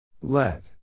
Let